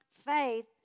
Faith